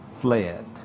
fled